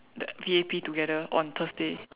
the V_A_P together on Thursday